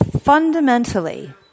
fundamentally